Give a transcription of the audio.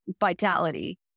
vitality